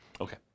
Okay